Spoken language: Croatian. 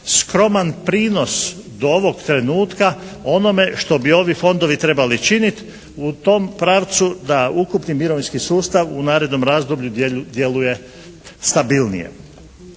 skroman prinos do ovog trenutka onome što bi ovi fondovi trebali činiti u tom pravcu da ukupni mirovinski sustav u narednom razdoblju djeluje stabilnije.